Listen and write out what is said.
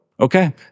Okay